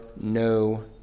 no